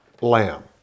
lamb